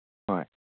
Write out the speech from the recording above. ꯍꯣꯏ